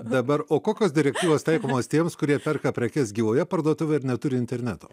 dabar o kokios direktyvos taikomos tiems kurie perka prekes gyvoje parduotuvėje ir neturi interneto